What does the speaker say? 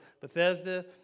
Bethesda